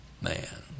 man